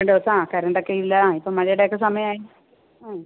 രണ്ട് ദിവസം ആ കറണ്ട് ഒക്കെ ഇല്ല ആ ഇപ്പം മഴയുടെ ഒക്കെ സമയമായി ആ